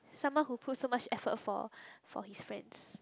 someone who put so much effort for for his friends